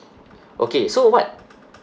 okay so what